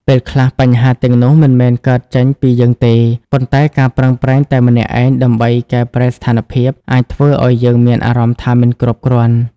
ពេលខ្លះ បញ្ហាទាំងនោះមិនមែនកើតចេញពីយើងទេ ប៉ុន្តែការប្រឹងប្រែងតែម្នាក់ឯងដើម្បីកែប្រែស្ថានភាព អាចធ្វើឲ្យយើងមានអារម្មណ៍ថាមិនគ្រប់គ្រាន់។